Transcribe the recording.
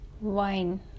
wine